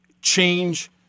Change